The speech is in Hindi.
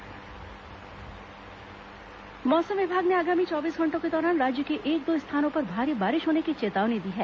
मौसम मौसम विभाग ने आगामी चौबीस घंटों के दौरान राज्य के एक दो स्थानों पर भारी बारिश होने की चेतावनी दी है